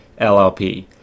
LLP